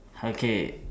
okay